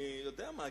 אני יודע מה גישתך.